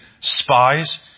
spies